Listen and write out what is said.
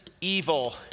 evil